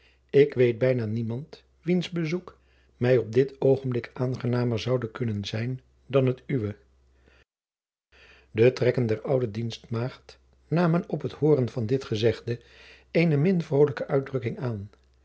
ik weet bijna niemand wiens bezoek mij op dit oogenblik aangenamer zoude kunnen zijn dan het uwe jacob van lennep de pleegzoon de trekken der oude dienstmaagd namen op het hooren van dit gezegde eene min vrolijke uitdrukking aan